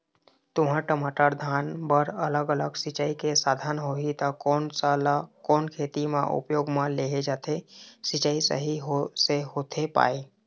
तुंहर, टमाटर, धान बर अलग अलग सिचाई के साधन होही ता कोन सा ला कोन खेती मा उपयोग मा लेहे जाथे, सिचाई सही से होथे पाए?